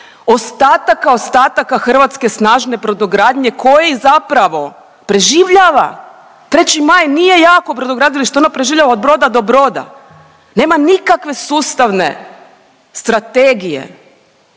ostataka, ostataka Hrvatske snažne brodogradnje koji zapravo preživljava, 3. Maj nije jako brodogradilište, ono preživljava od broda do broda, nema nikakve sustavne strategije